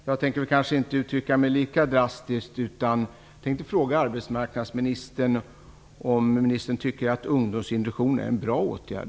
Jag tänker kanske inte uttrycka mig lika drastiskt utan vill fråga arbetsmarknadsministern om han tycker att ungdomsintroduktion är en bra åtgärd.